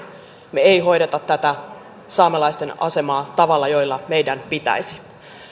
me emme hoida saamelaisten asemaa tavalla jolla meidän pitäisi